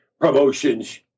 promotions